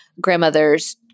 grandmother's